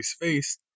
face